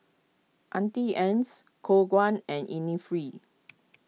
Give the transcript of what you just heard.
Auntie Ann's Khong Guan and Innisfree